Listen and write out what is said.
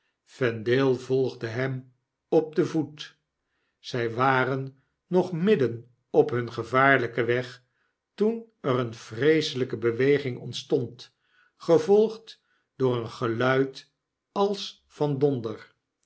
vendale volgde nem op den voet zg waren nog midden op hun gevaarlyken weg toen er eene vreeselijke be weging ontstond gevolgd door een geluid als van donder